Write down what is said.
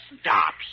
stop